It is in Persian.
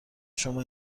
شما